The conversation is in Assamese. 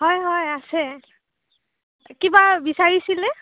হয় হয় আছে কিবা বিচাৰিছিলে